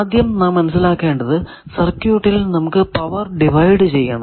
ആദ്യം നാം മനസ്സിലാക്കേണ്ടത് സർക്യൂട്ടിൽ നമുക്ക് പവർ ഡിവൈഡ് ചെയ്യണം